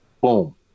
boom